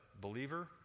believer